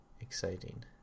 exciting